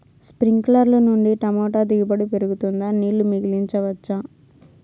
స్ప్రింక్లర్లు నుండి టమోటా దిగుబడి పెరుగుతుందా? నీళ్లు మిగిలించవచ్చా?